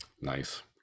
nice